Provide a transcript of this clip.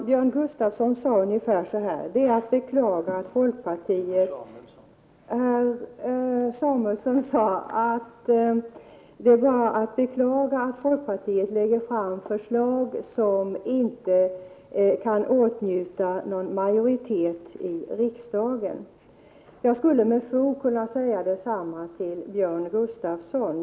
Herr talman! Björn Samuelson sade att det är att beklaga att folkpartiet lägger fram förslag som inte kan vinna majoritet i riksdagen. Jag skulle med fog kunna säga detsamma till Björn Samuelson.